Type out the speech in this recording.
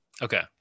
Okay